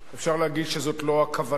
אפשר להגיד שזו לא הכוונה,